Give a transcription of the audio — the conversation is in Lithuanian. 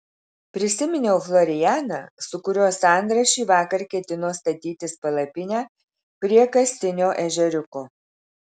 prisiminiau florianą su kuriuo sandra šįvakar ketino statytis palapinę prie kastinio ežeriuko